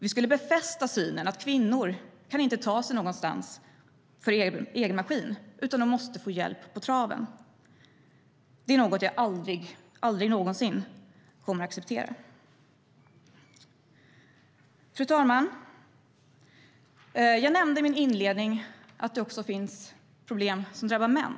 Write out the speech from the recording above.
Vi skulle befästa synen att kvinnor inte kan ta sig någonstans för egen maskin utan måste få hjälp på traven. Det är något jag aldrig någonsin kommer att acceptera. Fru talman! Jag nämnde i min inledning att det även finns problem som drabbar män.